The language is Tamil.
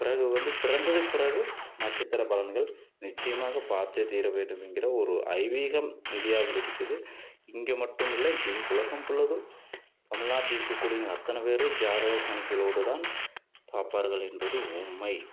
பிறகு வந்து பிறந்ததுக்கு பிறகு நட்சத்திர பலன்கள் நிச்சயமாக பார்த்தே தீர வேண்டும் என்கிற ஒரு ஐதீகம் இந்தியாவில் இருக்குது இங்கே மட்டுமில்லை ஏன் உலகம் புல்லாவும் தமிழ்நாட்டில் இருக்கக்கூடிய அத்தனை பேர் ஜாதகம் கணிப்பிலோடுதான் பாப்பார்கள் என்பது உண்மை